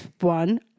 one